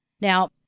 Now